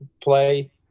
play